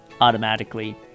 automatically